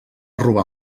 robar